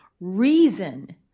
reason